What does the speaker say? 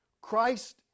Christ